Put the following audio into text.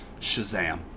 Shazam